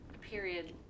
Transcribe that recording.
Period